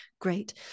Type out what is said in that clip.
great